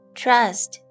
trust